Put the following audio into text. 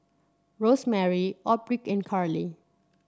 Rosemary Aubrey and Carlie